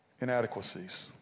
inadequacies